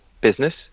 business